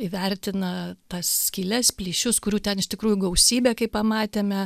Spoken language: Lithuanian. įvertina tas skyles plyšius kurių ten iš tikrųjų gausybė kai pamatėme